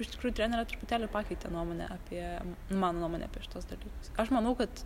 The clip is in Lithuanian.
iš tikrųjų trenerė truputėlį pakeitė nuomonę apie mano nuomonę apie šituos dalykus aš manau kad